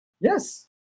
Yes